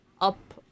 up